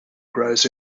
grows